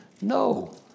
No